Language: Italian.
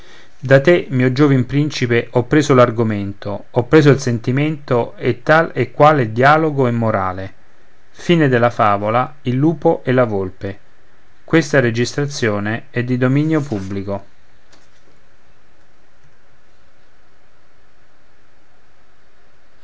da te mio giovin principe ho preso l'argomento ho preso il sentimento e tal e quale dialogo e morale x la